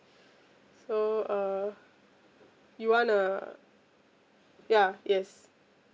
so uh you wanna ya yes